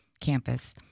campus